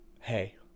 hey